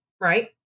Right